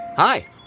Hi